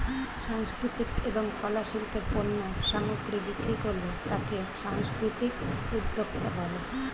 সাংস্কৃতিক এবং কলা শিল্পের পণ্য সামগ্রী বিক্রি করলে তাকে সাংস্কৃতিক উদ্যোক্তা বলে